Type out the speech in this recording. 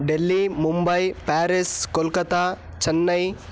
Delhi Mumbai Paris Kolkata Chennai